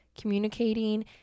communicating